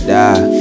die